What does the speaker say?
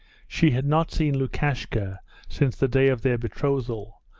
she had not seen lukashka since the day of their betrothal,